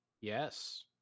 Yes